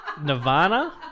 nirvana